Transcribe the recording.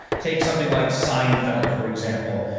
take something like seinfeld, for example,